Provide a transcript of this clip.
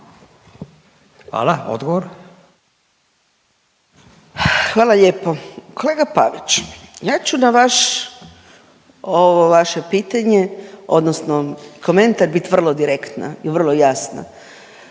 Anka (GLAS)** Hvala lijepo. Kolega Pavić ja ću na vaš ovo vaše pitanje odnosno komentar bit vrlo direktna i vrlo jasna.